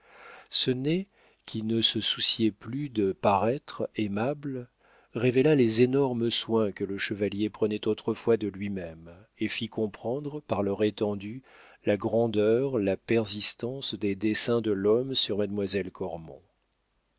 ce nez qui ne se souciait plus de paraître aimable révéla les énormes soins que le chevalier prenait autrefois de lui-même et fit comprendre par leur étendue la grandeur la persistance des desseins de l'homme sur